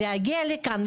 להגיע לכאן.